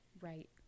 Right